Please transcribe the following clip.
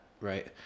right